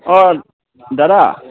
অঁ দাদা